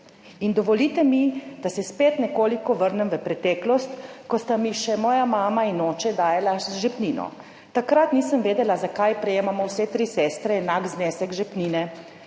In dovolite mi, da se spet nekoliko vrnem v preteklost, ko sta mi še moja mama in oče dajala žepnino. Takrat nisem vedela, zakaj prejemamo vse tri sestre enak znesek žepnine,